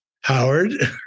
Howard